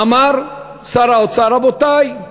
אמר שר האוצר: רבותי,